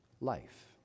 life